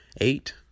eight